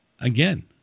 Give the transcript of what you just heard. Again